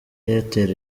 airtel